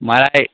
महाराज